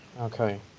Okay